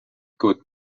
could